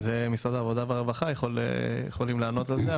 משרד העבודה והרווחה יכולים לענות על זה.